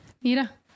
Mira